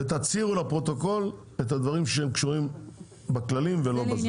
תצהירו לפרוטוקול את הדברים שהם קשורים בכללים ולא בבזה.